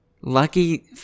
Lucky